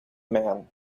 man